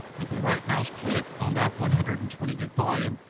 if we right mouse click on that one hundred and twenty gig volume,